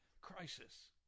crisis